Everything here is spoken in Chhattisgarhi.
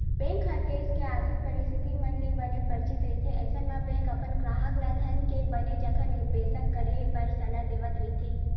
बेंक ह देस के आरथिक परिस्थिति मन ले बने परिचित रहिथे अइसन म बेंक अपन गराहक ल धन के बने जघा निबेस करे बर सलाह देवत रहिथे